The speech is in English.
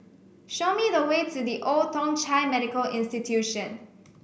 show me the way to The Old Thong Chai Medical Institution